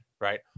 right